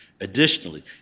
Additionally